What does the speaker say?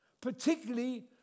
particularly